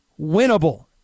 winnable